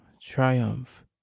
triumph